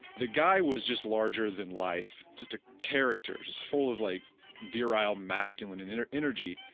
the guy was just larger than life, just a character, just full of like virile, masculine and and energy.